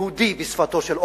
יהודי בשפתו של אורבך,